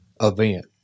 event